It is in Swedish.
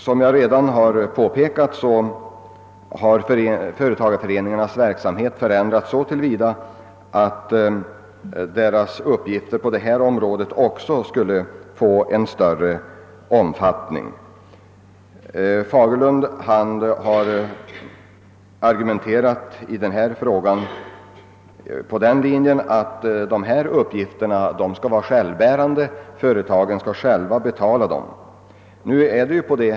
Som jag redan har påpekat har företagareföreningarnas verksamhet förändrats så till vida att deras uppgifter på detta område också skulle vara av större omfattning. Herr Fagerlund har på denna punkt argumenterat för att verksamheten skall vara självbärande; företagen skall med andra ord själva finansiera den.